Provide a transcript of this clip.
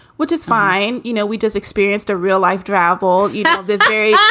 which is fine. you know, we just experienced a real life travel. you know, this very yeah